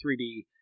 3D